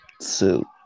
suit